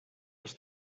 les